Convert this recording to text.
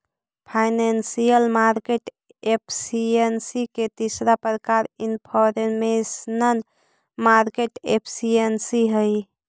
financial market efficiency के तीसरा प्रकार इनफॉरमेशनल मार्केट एफिशिएंसी हइ